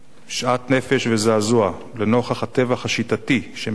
שאט נפש וזעזוע לנוכח הטבח השיטתי שמבצעים